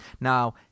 now